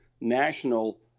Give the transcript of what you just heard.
national